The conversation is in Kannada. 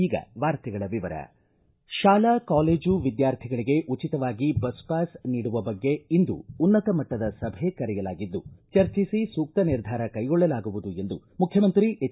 ಈಗ ವಾರ್ತೆಗಳ ವಿವರ ಶಾಲಾ ಕಾಲೇಜು ವಿದ್ವಾರ್ಥಿಗಳಿಗೆ ಉಚಿತವಾಗಿ ಬಸ್ ಪಾಸ್ ನೀಡುವ ಬಗ್ಗೆ ಇಂದು ಉನ್ನತ ಮಟ್ವದ ಸಭೆ ಕರೆಯಲಾಗಿದ್ದು ಜರ್ಜಿಸಿ ಸೂಕ್ತ ನಿರ್ಧಾರ ಕೈಗೊಳ್ಳಲಾಗುವುದು ಎಂದು ಮುಖ್ಯಮಂತ್ರಿ ಎಚ್